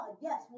yes